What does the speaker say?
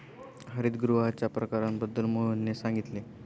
हरितगृहांच्या प्रकारांबद्दल मोहनने सांगितले